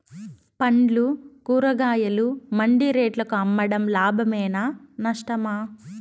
పండ్లు కూరగాయలు మండి రేట్లకు అమ్మడం లాభమేనా నష్టమా?